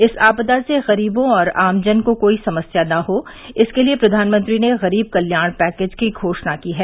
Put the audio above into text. इस आपदा से गरीबों और आमजन को कोई समस्या न हो इसके लिए प्रधानमंत्री ने गरीब कल्याण पैकेज की घोषणा की है